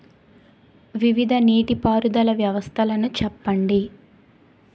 వివిధ నీటి పారుదల వ్యవస్థలను చెప్పండి?